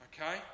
Okay